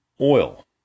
oil